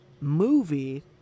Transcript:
movie